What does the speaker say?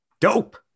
dope